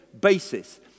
basis